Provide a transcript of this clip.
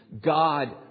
God